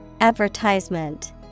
Advertisement